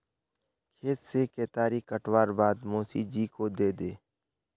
खेत से केतारी काटवार बाद मोसी जी को दे दे